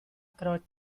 croce